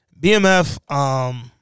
BMF